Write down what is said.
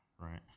right